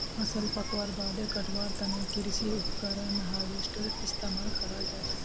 फसल पकवार बादे कटवार तने कृषि उपकरण हार्वेस्टरेर इस्तेमाल कराल जाछेक